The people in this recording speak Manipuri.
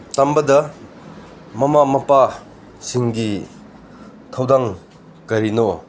ꯇꯝꯕꯗ ꯃꯃꯥ ꯃꯄꯥꯁꯤꯡꯒꯤ ꯊꯧꯗꯥꯡ ꯀꯔꯤꯅꯣ